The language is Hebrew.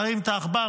תרים את העכבר,